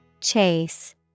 Chase